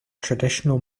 traditional